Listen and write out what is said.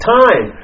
time